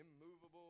immovable